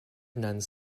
nuns